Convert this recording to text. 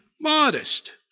modest